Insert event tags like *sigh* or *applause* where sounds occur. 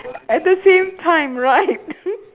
at the same time right *laughs*